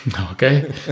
Okay